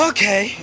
Okay